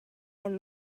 and